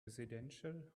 residential